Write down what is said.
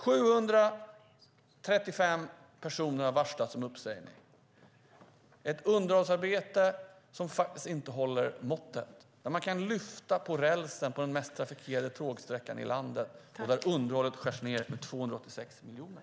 735 personer har varslats om uppsägning. Det är ett underhållsarbete som inte håller måttet. Man kan lyfta på rälsen på den mest trafikerade tågsträckan i landet. Och underhållet skärs ned med 286 miljoner.